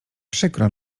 przykro